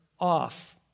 off